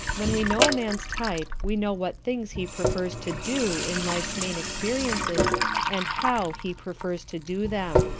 when we know a man's type we know what things he prefers to do in life's main experiences and how he prefers to do them.